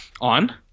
On